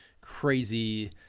crazy